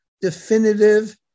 definitive